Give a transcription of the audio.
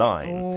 Line